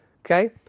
okay